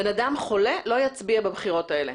בן אדם חולה לא יצביע בבחירות האלה.